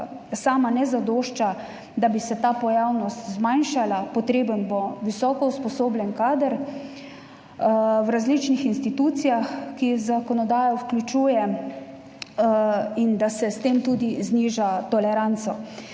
niti ne zadošča, da bi se ta pojavnost zmanjšala. Potreben bo visoko usposobljen kader v različnih institucijah, ki jih zakonodaja vključuje, in da se s tem tudi zniža toleranca.